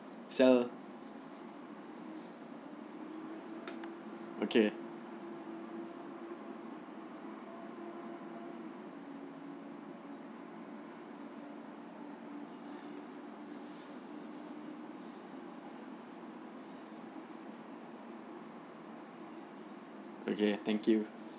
sell okay okay thank you